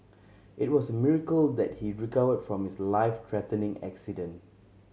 it was a miracle that he recovered from his life threatening accident